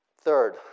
Third